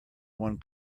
one